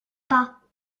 pas